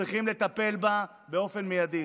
וצריכים לטפל בו באופן מיידי.